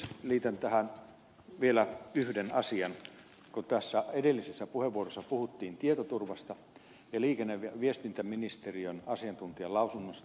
liitän tähän vielä yhden asian kun tässä edellisessä puheenvuorossa puhuttiin tietoturvasta ja liikenne ja viestintäministeriön asiantuntijalausunnosta